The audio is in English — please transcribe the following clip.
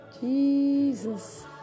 Jesus